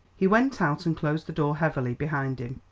he went out and closed the door heavily behind him.